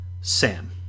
Sam